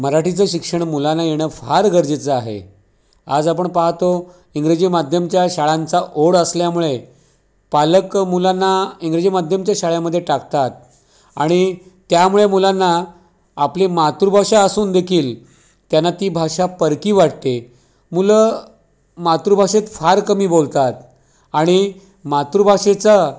मराठीचं शिक्षण मुलांना येणं फार गरजेचं आहे आज आपण पाहतो इंग्रजी माध्यमाच्या शाळांचा ओढ असल्यामुळे पालक मुलांना इंग्रजी माध्यमाच्या शाळेमध्ये टाकतात आणि त्यामुळे मुलांना आपली मातृभाषा असून देखील त्यांना ती भाषा परकी वाटते मुलं मातृभाषेत फार कमी बोलतात आणि मातृभाषेचा